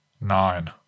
Nine